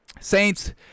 Saints